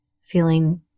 feeling